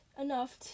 enough